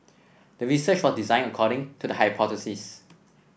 the research was designed according to the hypothesis